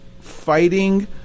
fighting